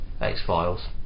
X-Files